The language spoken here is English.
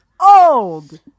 old